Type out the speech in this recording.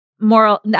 moral